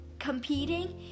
competing